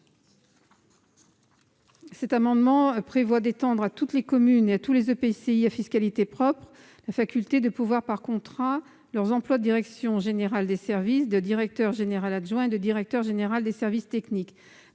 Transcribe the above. rectifié a pour objet d'étendre à toutes les communes et à tous les EPCI à fiscalité propre la faculté de pourvoir par contrat leurs emplois de directeur général des services, directeur général adjoint des services et directeur général des services techniques.